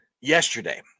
yesterday